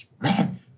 man